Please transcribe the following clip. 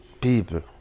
people